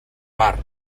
mar